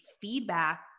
feedback